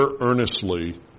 earnestly